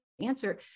answer